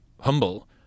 humble